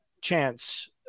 chance